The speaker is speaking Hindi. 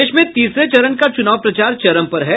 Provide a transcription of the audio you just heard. प्रदेश में तीसरे चरण का चूनाव प्रचार चरम पर है